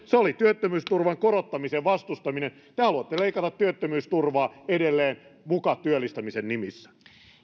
se oli työttömyysturvan korottamisen vastustaminen te haluatte leikata työttömyysturvaa edelleen muka työllistämisen nimissä